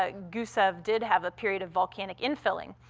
ah gusev did have a period of volcanic infilling.